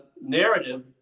narrative